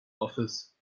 office